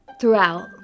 throughout